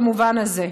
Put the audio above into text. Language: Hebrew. במובן הזה.